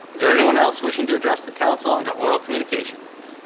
there anyone else wishing to address the council under oral communication?